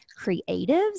creatives